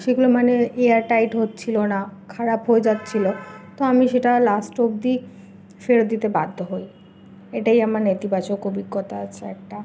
সেগুলো মানে airtight হচ্ছিল না খারাপ হয়ে যাচ্ছিল তো আমি সেটা লাস্ট অবধি ফেরত দিতে বাধ্য হই এটাই আমার নেতিবাচক অভিজ্ঞতা আছে একটা